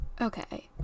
Okay